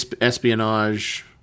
espionage